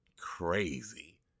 crazy